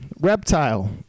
reptile